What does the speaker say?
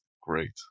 great